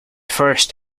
first